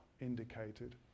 indicated